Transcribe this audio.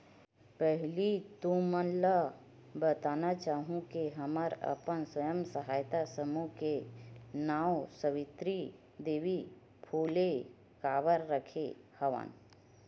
पहिली तुमन ल बताना चाहूँ के हमन अपन स्व सहायता समूह के नांव सावित्री देवी फूले काबर रखे हवन